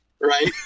right